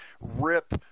rip